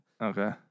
Okay